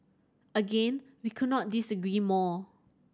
again we could not disagree more